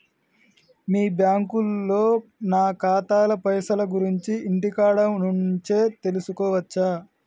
మీ బ్యాంకులో నా ఖాతాల పైసల గురించి ఇంటికాడ నుంచే తెలుసుకోవచ్చా?